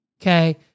Okay